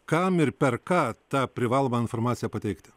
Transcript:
kam ir per ką ta privalomą informaciją pateikti